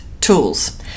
tools